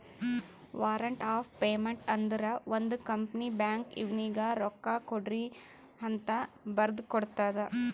warrant of payment ಅಂದುರ್ ಒಂದ್ company ಬ್ಯಾಂಕ್ಗ್ ಇವ್ನಿಗ ರೊಕ್ಕಾಕೊಡ್ರಿಅಂತ್ ಬರ್ದಿ ಕೊಡ್ತದ್